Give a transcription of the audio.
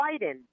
Biden